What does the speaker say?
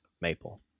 Maple